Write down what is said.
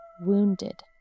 wounded